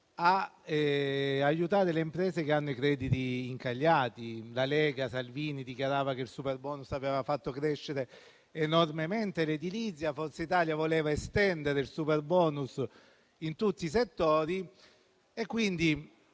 ad aiutare le imprese con i crediti incagliati. La Lega e Salvini dichiaravano che il superbonus aveva fatto crescere enormemente l'edilizia. Forza Italia voleva estendere il superbonus in tutti i settori. Quindi,